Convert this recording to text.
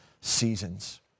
seasons